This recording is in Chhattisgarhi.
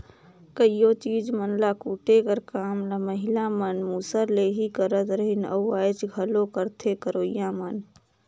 कइयो चीज मन ल कूटे कर काम ल महिला मन मूसर ले ही करत रहिन अउ आएज घलो करथे करोइया मन